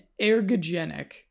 ergogenic